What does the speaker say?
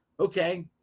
Okay